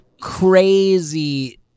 crazy